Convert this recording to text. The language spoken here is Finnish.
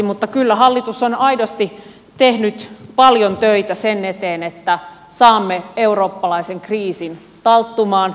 mutta kyllä hallitus on aidosti tehnyt paljon töitä sen eteen että saamme eurooppalaisen kriisin talttumaan